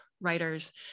writers